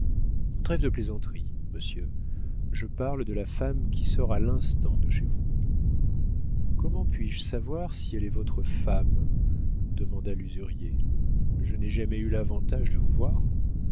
trêve de plaisanterie monsieur je parle de la femme qui sort à l'instant de chez vous comment puis-je savoir si elle est votre femme demanda l'usurier je n'ai jamais eu l'avantage de vous voir